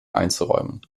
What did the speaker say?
einzuräumen